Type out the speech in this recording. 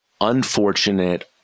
unfortunate